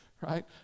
right